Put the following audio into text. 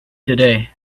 today